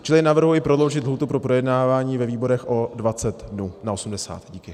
Čili navrhuji prodloužit lhůtu pro projednávání ve výborech o 20 dnů, na 80. Díky.